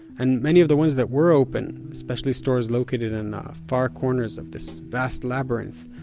and many of the ones that were open, especially stores located in the far corners of this vast labyrinth,